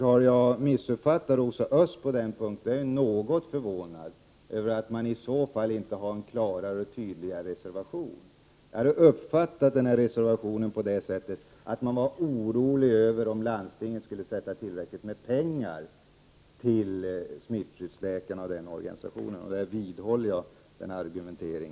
Har jag missuppfattat Rosa Östh på den punkten, är jag något förvånad över att man iså fall inte har en klarare och tydligare reservation. Jag har uppfattat denna reservation på det sättet att man befarar att landstingen inte skall anslå tillräckligt med pengar till smittskyddsläkarorganisationen. Jag vidhåller min tidigare argumentering.